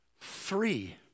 three